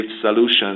solutions